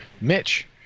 Mitch